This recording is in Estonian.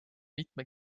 mitme